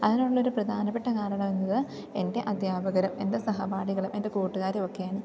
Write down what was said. അതിനുള്ളൊരു പ്രധാനപ്പെട്ട കാരണം എന്നത് എൻ്റെ അദ്ധ്യാപകരും എൻ്റെ സഹപാഠികളും എൻ്റെ കൂട്ടുകാരുമൊക്കെയാണ്